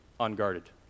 unguarded